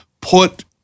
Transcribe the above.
put